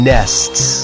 Nests